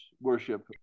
worship